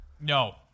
No